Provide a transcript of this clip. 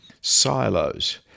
silos